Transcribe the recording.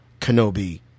Kenobi